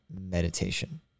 meditation